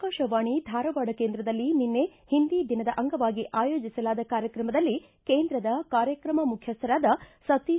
ಆಕಾಶವಾಣಿ ಧಾರವಾಡ ಕೇಂದ್ರದಲ್ಲಿ ನಿನ್ನೆ ಹಿಂದಿ ದಿನದ ಅಂಗವಾಗಿ ಆಯೋಜಿಸಲಾದ ಕಾರ್ಯಕ್ರಮದಲ್ಲಿ ಕೇಂದ್ರದ ಕಾರ್ಯಕ್ರಮ ಮುಖ್ಯಸ್ವರಾದ ಸತೀಶ